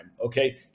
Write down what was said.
Okay